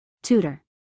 Tutor